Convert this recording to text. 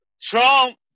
Trump